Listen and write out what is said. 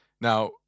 Now